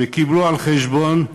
וקיבלו על החשבון,